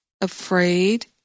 afraid